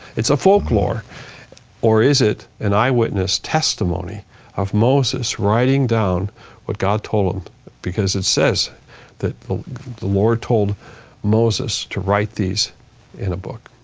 it's a folk lore or is it an eye witness testimony of moses writing down what god told him because it says that the lord told moses to write these in a book.